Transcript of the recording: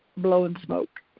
blowin' smoke.